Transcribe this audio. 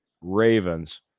ravens